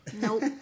Nope